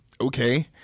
Okay